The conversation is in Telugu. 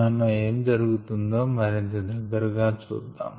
మనం ఏమి జరుగుతుందో మరింత దగ్గర గా చూద్దాం